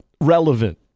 relevant